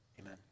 Amen